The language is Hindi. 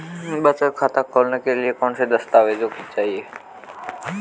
बचत खाता खोलने के लिए कौनसे दस्तावेज़ चाहिए?